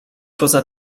poza